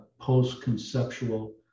post-conceptual